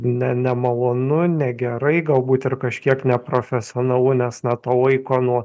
ne nemalonu negerai galbūt ir kažkiek neprofesionalu nes na to laiko nuo